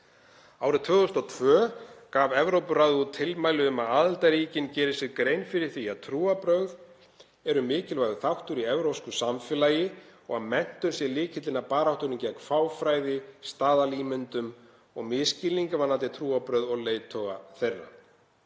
Árið 2002 gaf Evrópuráðið út tilmæli um að aðildarríkin geri sér grein fyrir því að trúarbrögð séu mikilvægur þáttur í evrópsku samfélagi og að menntun sé lykillinn að baráttunni gegn fáfræði, staðalímyndum og misskilningi varðandi trúarbrögð og leiðtoga þeirra.